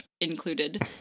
included